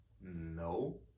No